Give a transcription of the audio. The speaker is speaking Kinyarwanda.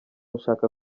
nshaka